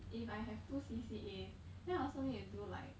if I have two C_C_A then I also need to do like